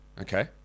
okay